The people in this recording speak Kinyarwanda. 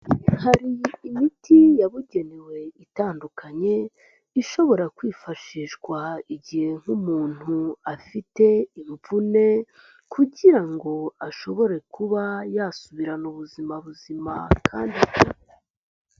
Hari imiti yabugenewe itandukanye ishobora kwifashishwa igihe nk'umuntu afite imvune kugira ngo ashobore kuba yasubirana ubuzima buzima kandi bwiza.